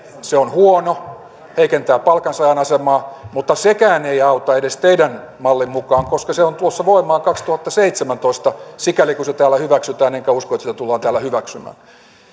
se on huono heikentää palkansaajan asemaa mutta sekään ei auta edes teidän mallinne mukaan koska se on tulossa voimaan kaksituhattaseitsemäntoista sikäli kuin se täällä hyväksytään enkä usko että sitä tullaan täällä hyväksymään